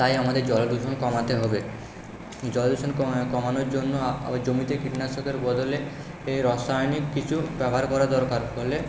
তাই আমাদের জল দূষণ কমাতে হবে জল দূষণ কমানোর জন্য জমিতে কীটনাশকের বদলে রাসায়নিক কিছু ব্যবহার করা দরকার ফলে